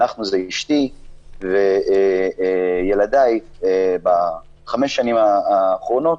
"אנחנו" זה אשתי וילדיי בחמש השנים האחרונות.